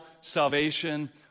salvation